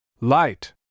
Light